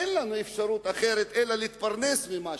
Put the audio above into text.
אין לנו אפשרות אחרת אלא להתפרנס ממשהו,